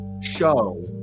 show